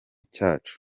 cyacu